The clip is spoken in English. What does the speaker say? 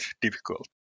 difficult